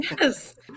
Yes